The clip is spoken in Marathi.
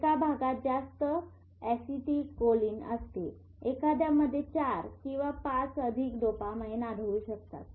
एका भागात जास्त ऍसिटिल्कोलीन असते एखाद्यामध्ये 4 किंवा 5 किंवा अधिक डोपामाइन आढळू शकतात